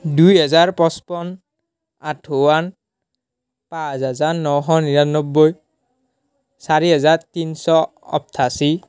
দুই হাজাৰ পঁচপন্ন আঠৱন্ন পাঁচ হাজাৰ নশ নিৰান্নব্বৈ চাৰি হাজাৰ তিনিশ আঠাশী